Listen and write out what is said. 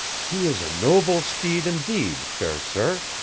he is a noble steed indeed, fair sir,